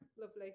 lovely